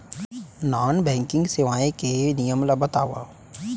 Non banking सेवाएं के नियम ला बतावव?